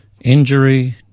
injury